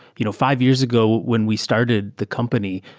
you know five years ago when we started the company,